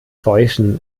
täuschen